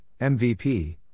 MVP